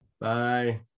Bye